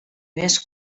més